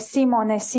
Simone